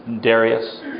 Darius